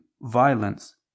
violence